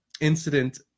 incident